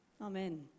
Amen